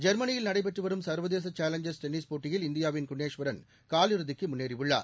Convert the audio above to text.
ஜொ்மனியில் நடைபெற்றுவரும் சா்வதேச challengers tennis போட்டியில் இந்தியாவின் குணேஷ்வரன் காலிறுதிக்கு முன்னேறியுள்ளார்